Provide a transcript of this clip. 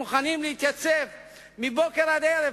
מוכנים להתייצב מבוקר עד ערב,